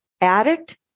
addict